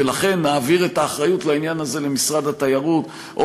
ולכן נעביר את האחריות לעניין הזה למשרד הזה,